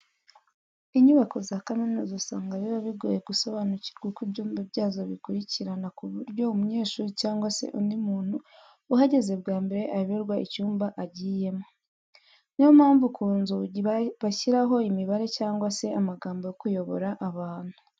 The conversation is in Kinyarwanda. Inyubako za kaminuza usanga biba bigoye gusobanukirwa uko ibyumba byazo bikurikirana ku buryo umunyeshuri cyangwa se undi muntu uhageze bwa mbere ayoberwa icyumba agiyemo. Niyo mpamvu ku nzugi bashyiraho imibare cyangwa se amagambo yo kuyobora abantu.